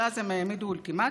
אבל אז הם העמידו אולטימטום.